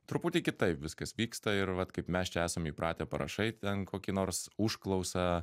truputį kitaip viskas vyksta ir vat kaip mes čia esam įpratę parašai ten kokį nors užklausą